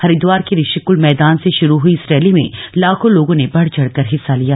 हरिद्दार के ऋषिकुल मैदान से शुरू हुई इस रैली में लागों ने बढ़ चढ़ कर हिस्सा लिया